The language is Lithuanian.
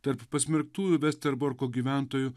tarp pasmerktųjų vesterborko gyventojų